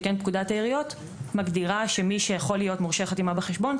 שכן פקודת העיריות מגדירה שמי שיכול להיות מורשה חתימה בחשבון,